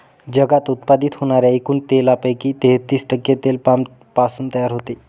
जगात उत्पादित होणाऱ्या एकूण तेलापैकी तेहतीस टक्के तेल पामपासून तयार होते